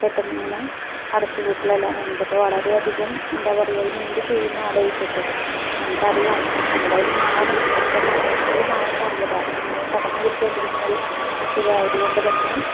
പെട്ടെന്നിങ്ങനെ അടച്ച് പൂട്ടലെല്ലാം വന്നത് ഇപ്പം വളരെ അധികം എന്താ പറയാ ഇനി എന്ത് ചെയ്യ്ന്ന് ആലോചിച്ചിട്ട് നമുക്കറിയാം എന്തായാലും മാറും പക്ഷേ എത്ര സമയത്തിനുള്ളിൽ മാറുന്നറിയില്ല ഇത് ഇങ്ങനെ പടർന്ന് പിടിച്ച് കൊണ്ടിരിക്കുന്നൊരു അസുഖമായത് കൊണ്ട് തന്നെ